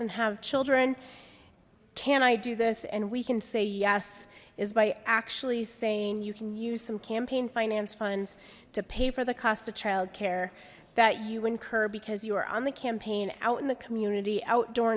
and have children can i do this and we can say yes is by actually saying you can use some campaign finance funds to pay for the cost of child care that you incur because you are on the campaign out in the community outdoor